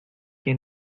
que